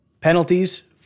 Penalties